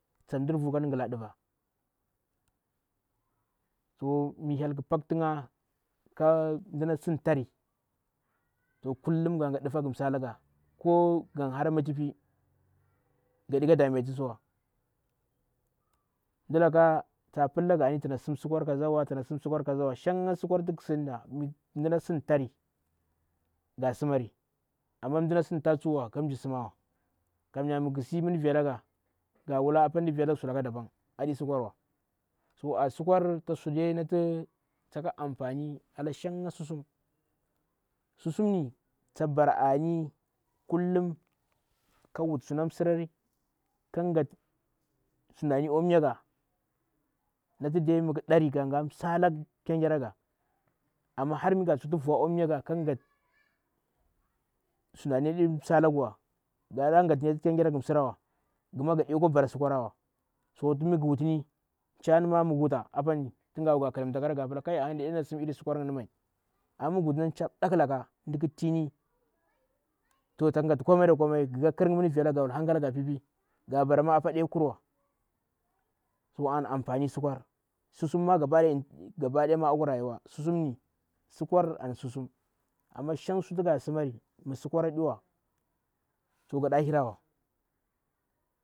Tan ndir vu kan ngala ndiva toh mu nhyel ki path nga ka ndu sintari to kulhum nga- nga ndufa nga salanga ko ngan hara mutupi nga di ka dametisawa mdulaka ta pilanga ai tana sim sik war kazawa, sikwar kaza wa, shanga sikwar tingu sinda mɗuna sintari ta simmari ama mduna sin ta tsuwa tam nji simawa kamya mngu s, mdu vila nga nga wulla apa mdu vila nga sulaka daban adi sikwa rwa toh a sikwar ta sudai nati taka amfani oh shanga sisum. Sisum ni tak bara ani kullum nkan wutu suna msi rari tun nga sundani oh mya nga na ti dai mngu dari nga sala nkyan ngira nga ama ama har mnga tsukti nuuwa nkwa mya nga nkan ngati sundani si salanguwa nga da ngattu nkyengira nga salanguwa nguma rigade kwa bara? Sik wara wa so mng wuttini, nchani ma mgu, wuta apanin tun nga nkallimpada nka ngu pila ana ya dana sum iri sikwar nyini mai ama mngu wutuni nchar mdankhlaka mduku tim toh tan ngati komai da komai ai ngu ka nkirnga mdu nuilla nga hankala nga a pipi nga bara ma apa dai kuru a to an amfani sikwar susuma gaba daya akwa rayuwa susum ni sikwar an susuna ama shang su nati nga simari sikwar ndiwa toh nga da ntura wa.